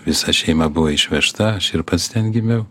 visa šeima buvo išvežta ir pats ten gimiau